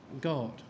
God